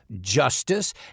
justice